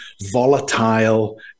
volatile